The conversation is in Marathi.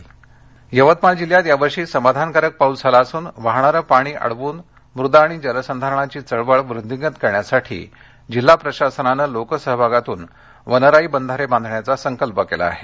वनराई बंधारे यवतमाळ यवतमाळ जिल्ह्यात यावर्षी समाधानकारक पाऊस झाला असून वाहणारं पाणी अडवून मृद आणि जलसंधारणाची चळवळ वृध्दींगत करण्यासाठी जिल्हा प्रशासनानं लोकसहभागातून वनराई बंधारे बांधण्याचा संकल्प केला आहे